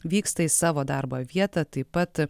vyksta į savo darbo vietą taip pat